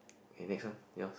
okay next one yours